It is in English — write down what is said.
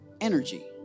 energy